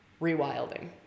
rewilding